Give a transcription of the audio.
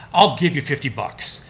i'll give you fifty bucks.